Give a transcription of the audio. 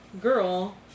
girl